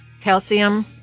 Calcium